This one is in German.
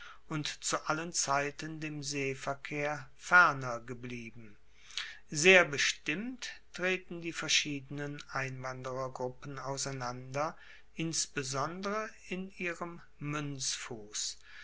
und zu allen zeiten dem seeverkehr ferner geblieben sehr bestimmt treten die verschiedenen einwanderergruppen auseinander besonders in ihrem muenzfuss